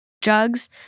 jugs